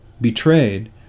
betrayed